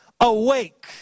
awake